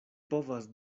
povas